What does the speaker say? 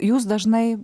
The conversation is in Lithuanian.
jūs dažnai